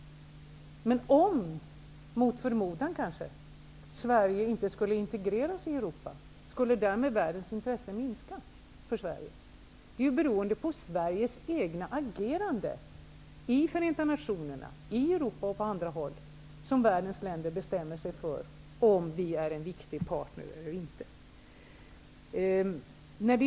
Men om, kanske mot förmodan, Sverige inte skulle integreras i Europa, skulle därmed världens intresse för Sverige minska? Det är ju beroende av Europa och på andra håll hur världens länder ställer sig till om Sverige nu är en viktig part eller inte.